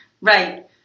right